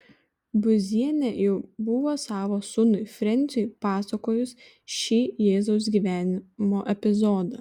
būzienė jau buvo savo sūnui frensiui pasakojusi šį jėzaus gyvenimo epizodą